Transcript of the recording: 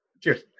Cheers